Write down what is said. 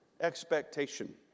expectation